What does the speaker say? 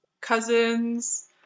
cousins